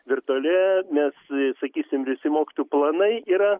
virtualioje nes sakysim visi mokytojų planai yra